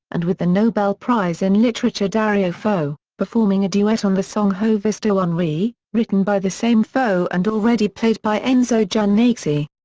and with the nobel prize in literature dario fo, performing a duet on the song ho visto un re, written by the same fo and already played by enzo jannacci.